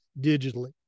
digitally